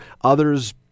Others